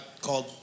called